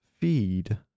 feed